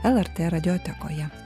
lrt radiotekoje